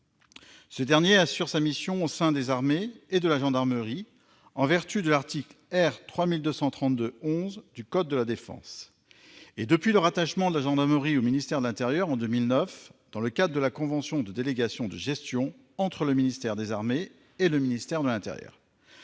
Ce dernier assure sa mission au sein des armées et de la gendarmerie en vertu de l'article R. 3232-11 du code de la défense et, depuis le rattachement de la gendarmerie au ministère de l'intérieur en 2009, dans le cadre de la convention de délégation de gestion entre le ministère des armées et le ministère de l'intérieur.